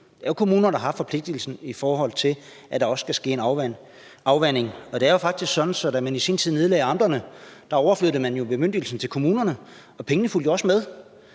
Det er kommunerne, der har forpligtelsen, i forhold til at der også skal ske en afvanding. Det er jo faktisk sådan, at da man i sin tid nedlagde amterne, overflyttede man bemyndigelsen til kommunerne, og pengene fulgte også med,